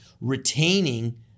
retaining